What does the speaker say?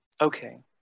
Okay